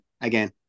again